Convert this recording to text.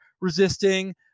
resisting